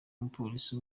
umupolisi